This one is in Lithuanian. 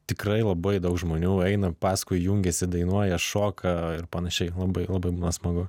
tikrai labai daug žmonių eina paskui jungiasi dainuoja šoka ir panašiai labai labai būna smagu